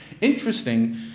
Interesting